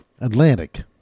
atlantic